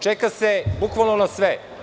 Čeka se bukvalno na sve.